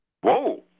Whoa